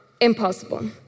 impossible